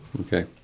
Okay